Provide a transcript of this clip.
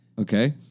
Okay